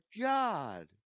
god